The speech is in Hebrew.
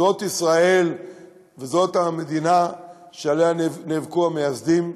זאת ישראל וזאת המדינה שעליה נאבקו המייסדים,